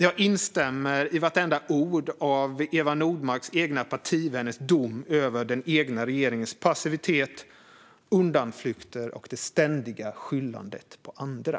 Jag instämmer i vartenda ord av Eva Nordmarks egna partivänners dom över den egna regeringens passivitet, undanflykter och ständiga skyllande på andra.